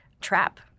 trap